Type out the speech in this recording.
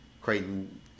Creighton